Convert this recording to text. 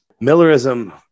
Millerism